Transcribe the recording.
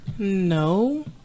No